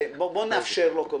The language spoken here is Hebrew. בואו נאפשר לו קודם כל